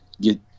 get